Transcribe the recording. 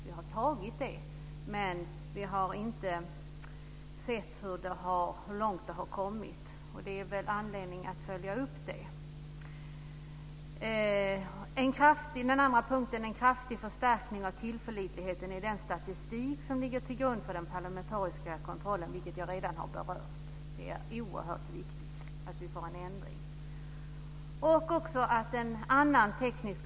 Vi har fattat det, men vi har inte sett hur långt det har kommit. Det finns anledning att följa upp detta. Vi vill vidare se en kraftig förstärkning av tillförlitligheten i den statistik som ligger till grund för den parlamentariska kontrollen, vilket jag redan har berört. Här är det oerhört viktigt att vi får en ändring.